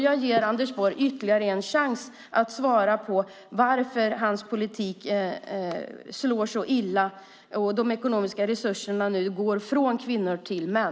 Jag ger Anders Borg ytterligare en chans att svara på varför hans politik slår så illa och varför de ekonomiska resurserna nu går från kvinnor till män.